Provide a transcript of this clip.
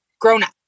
grown-up